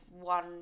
one